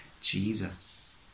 Jesus